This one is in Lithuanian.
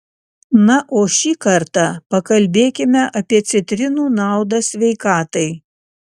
na o šį kartą pakalbėkime apie citrinų naudą sveikatai